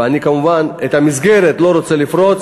ואני כמובן את המסגרת לא רוצה לפרוץ.